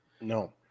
No